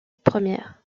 première